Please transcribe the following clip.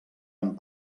amb